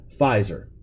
Pfizer